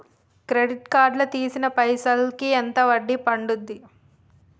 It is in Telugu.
క్రెడిట్ కార్డ్ లా తీసిన పైసల్ కి ఎంత వడ్డీ పండుద్ధి?